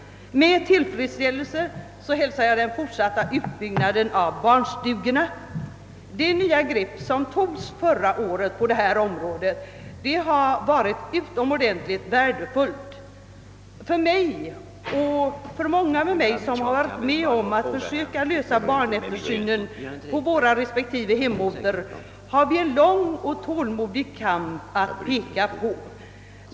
Med tillfredsställelse hälsar jag den fortsatta utbyggnaden av barnstugorna. Det nya grepp som togs förra året på detta område har varit utomordentligt värdefullt. Såväl jag som många med mig som varit med .om att försöka lösa problemet med barneftersynen på våra respektive hemorter kan peka på en lång och tålmodig kamp.